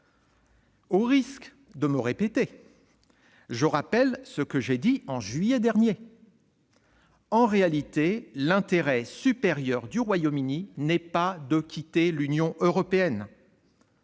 Au risque de me répéter, je rappelle ce que j'ai déjà dit en juillet dernier :« En réalité, l'intérêt supérieur du Royaume-Uni n'est pas de quitter l'Union européenne.